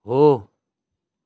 हो